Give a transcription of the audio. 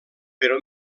però